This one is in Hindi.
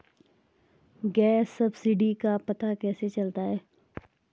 गैस सब्सिडी का पता कैसे चलता है?